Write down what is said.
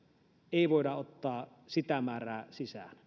ei voida ottaa sitä määrää sisään